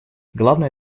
главная